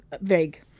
vague